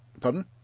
Pardon